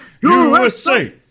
USA